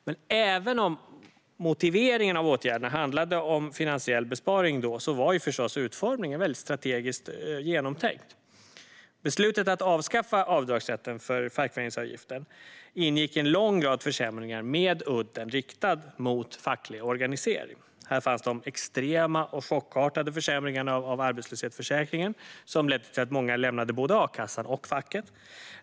Men även om motiveringen av åtgärderna då handlade om finansiell besparing, var förstås utformningen strategiskt genomtänkt. Beslutet att avskaffa avdragsrätten för fackföreningsavgiften ingick i en lång rad försämringar med udden riktad mot facklig organisering. Här fanns de extrema och chockartade försämringarna av arbetslöshetsförsäkringen som ledde till att många lämnade både a-kassan och facket.